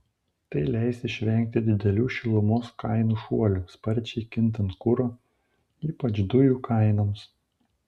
tai leis išvengti didelių šilumos kainų šuolių sparčiai kintant kuro ypač dujų kainoms